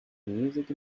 music